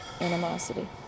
animosity